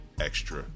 extra